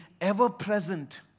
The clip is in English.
ever-present